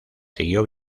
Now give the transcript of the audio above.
siguió